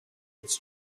its